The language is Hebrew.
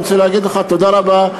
אני רוצה להגיד לך תודה רבה,